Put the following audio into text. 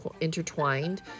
intertwined